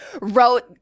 wrote